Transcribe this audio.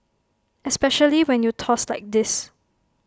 especially when you toss like this